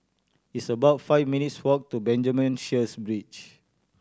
it's about five minutes' walk to Benjamin Sheares Bridge